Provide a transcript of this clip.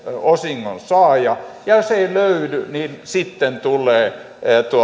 osingonsaaja ja jos ei löydy niin sitten tulee